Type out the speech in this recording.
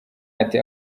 ati